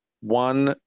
one